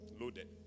Loaded